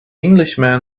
englishman